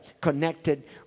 connected